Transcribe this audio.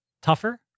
tougher